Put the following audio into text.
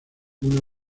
una